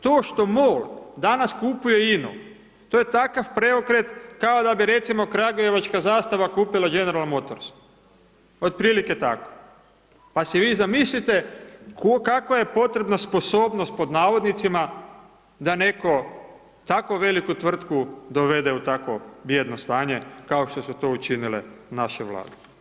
To što MOL danas kupuje INA-u, to je takav preokret kao da bi, recimo, kragujevačka zastava kupila Generals motors, otprilike tako, pa si vi zamislite kakva je potrebna sposobnost, pod navodnicima, da netko tako veliku tvrtku dovede u tako bjedno stanje, kao što su to učinile naše Vlade.